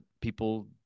people